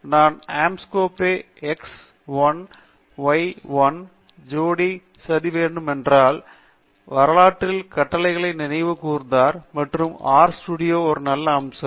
உதாரணமாக நான் Anscombe x 1 y 1 ஜோடி சதி வேண்டும் என்றால் வரலாற்றில் கட்டளைகளை நினைவு கூர்ந்தார் மற்றும் ஆர் ஸ்டூடியோ ஒரு நல்ல அம்சம்